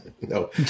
no